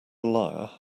liar